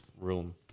Room